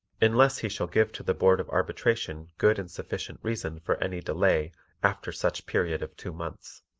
unless he shall give to the board of arbitration good and sufficient reason for any delay after such period of two months.